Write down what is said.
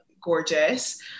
gorgeous